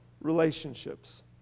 relationships